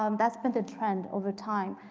um that's been the trend over time.